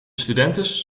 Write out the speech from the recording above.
studentes